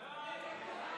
ההצעה